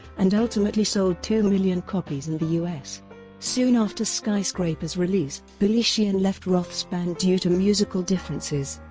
and ultimately sold two million copies in the the us. soon after skyscrapers release, billy sheehan left roth's band due to musical differences.